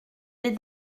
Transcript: les